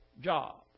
job